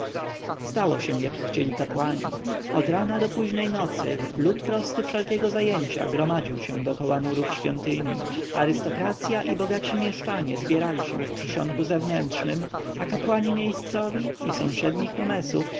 stało się jak chcieli kapłani od rana do późnej nocy lud prosty wszelkiego zajęcia gromadził się dokoła murów świątyni arystokracja i bogaci mieszczanie zbierali się w przysionku zewnętrznym a kapłani miejscowi i sąsiednich nomesów